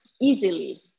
easily